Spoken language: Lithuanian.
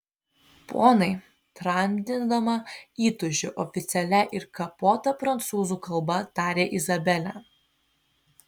ponai tramdydama įtūžį oficialia ir kapota prancūzų kalba tarė izabelė